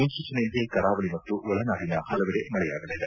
ಮುನ್ಸೂಚನೆಯಂತೆ ಕರಾವಳಿ ಮತ್ತು ಒಳನಾಡಿನ ಹಲವೆಡೆ ಮಳೆಯಾಗಲಿದೆ